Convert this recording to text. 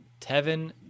Tevin